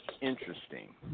interesting